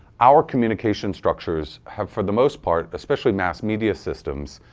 our communication structures have for the most part, especially mass media systems,